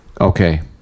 okay